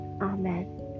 Amen